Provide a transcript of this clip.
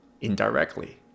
indirectly